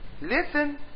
Listen